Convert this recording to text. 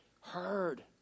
heard